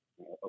okay